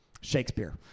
Shakespeare